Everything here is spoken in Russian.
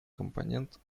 компонент